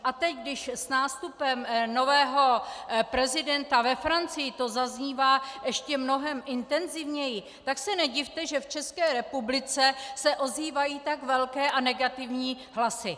A teď, když s nástupem nového prezidenta ve Francii to zaznívá ještě mnohem intenzivněji, tak se nedivte, že v České republice se ozývají tak velké a negativní hlasy.